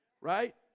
right